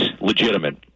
legitimate